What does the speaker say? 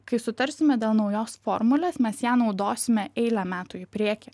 kai sutarsime dėl naujos formulės mes ją naudosime eilę metų į priekį